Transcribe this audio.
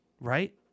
right